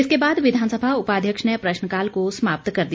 इसके बाद विधानसभा उपाध्यक्ष ने प्रश्नकाल को समाप्त कर दिया